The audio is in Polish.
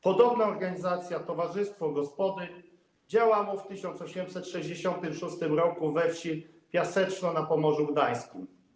Podobna organizacja, towarzystwo gospodyń, działała w 1866 r. we wsi Piaseczno na Pomorzu Gdańskim.